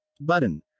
Button